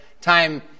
time